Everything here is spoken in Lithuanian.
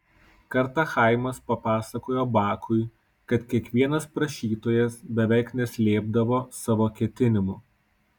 kartą chaimas papasakojo bakui kad kiekvienas prašytojas beveik neslėpdavo savo ketinimų